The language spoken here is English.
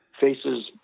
faces